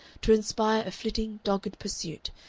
to inspire a flitting, dogged pursuit,